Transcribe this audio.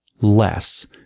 less